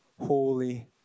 holy